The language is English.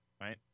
right